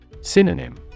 Synonym